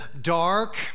dark